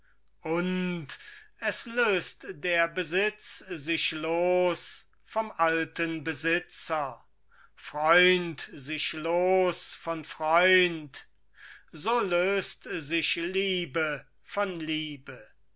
und es löst der besitz sich los vom alten besitzer freund sich los von freund so löst sich liebe von liebe